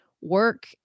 work